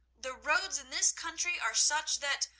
the roads in this country are such that,